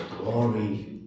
glory